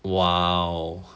!wow!